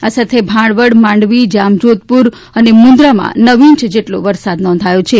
આ સાથે ભાણવડ માંડવી જામજોધપુર મુંદ્રામાં નવ ઇંચ જેટલો વરસાદ નોંધાયો છે